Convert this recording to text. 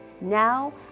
Now